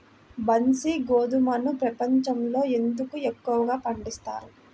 బన్సీ గోధుమను ప్రపంచంలో ఎందుకు ఎక్కువగా పండిస్తారు?